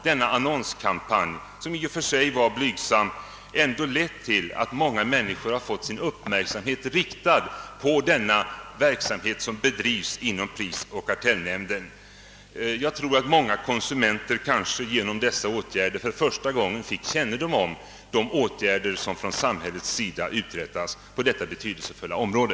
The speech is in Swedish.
Denna annonskampanj, som i och för sig var av blygsam omfattning, har ändå lett till att många människor fått sin uppmärksamhet riktad på den verksamhet som bedrivs inom prisoch kartellnämnden. Jag tror att många människor, kanske just genom dessa åtgärder, för första gången fick kännedom om vad samhället uträttar på detta betydelsefulla område.